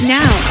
now